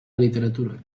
literatura